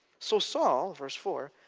so saul, verse four,